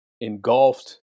engulfed